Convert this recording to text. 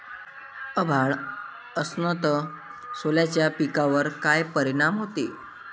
अभाळ असन तं सोल्याच्या पिकावर काय परिनाम व्हते?